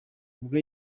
ubwo